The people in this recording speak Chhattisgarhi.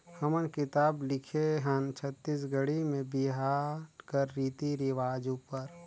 हमन किताब लिखे हन छत्तीसगढ़ी में बिहा कर रीति रिवाज उपर